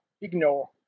ignore